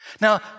Now